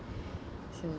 so